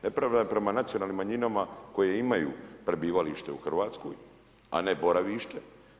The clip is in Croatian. Nepravda prema nacionalnim manjinama koje imaju prebivalište u Hrvatskoj, a ne boravište.